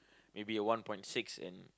maybe a one point six and